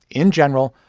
in general,